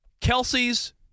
Kelsey's